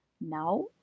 Now